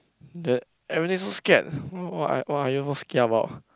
that everything so scared what are what are you most kia about